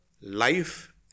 life